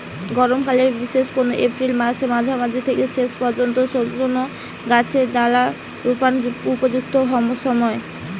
গরমকাল বিশেষ কোরে এপ্রিল মাসের মাঝামাঝি থিকে শেষ পর্যন্ত সজনে গাছের ডাল রুয়ার উপযুক্ত সময়